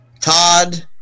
todd